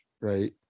right